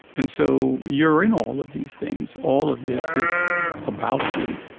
and so you're in all of these things. all of this is about you.